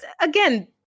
again